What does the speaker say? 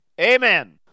Amen